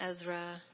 Ezra